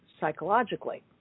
psychologically